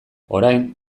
orain